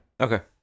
Okay